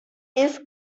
ist